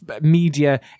media